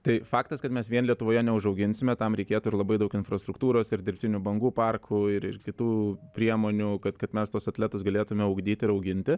tai faktas kad mes vien lietuvoje neužauginsime tam reikėtų ir labai daug infrastruktūros ir dirbtinių bangų parkų ir kitų priemonių kad kad mes tuos atletus galėtume ugdyti ir auginti